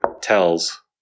tells